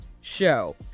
show